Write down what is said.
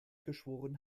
geschworen